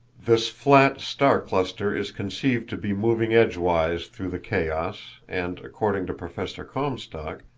this flat star-cluster is conceived to be moving edgewise through the chaos, and, according to professor comstock,